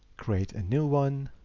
create a new one,